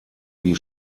die